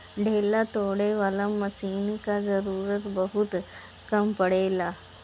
ढेला तोड़े वाला मशीन कअ जरूरत बहुत कम पड़ेला